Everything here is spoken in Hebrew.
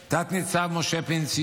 תת-ניצב משה פינצ'י,